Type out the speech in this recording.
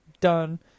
done